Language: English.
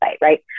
right